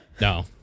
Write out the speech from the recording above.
No